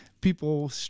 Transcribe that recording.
people